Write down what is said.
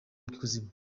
kuzima